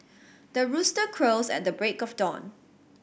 the rooster crows at the break of dawn